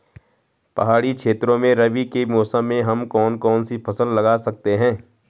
पहाड़ी क्षेत्रों में रबी के मौसम में हम कौन कौन सी फसल लगा सकते हैं?